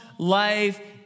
life